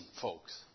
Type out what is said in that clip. folks